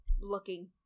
looking